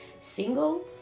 single